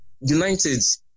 United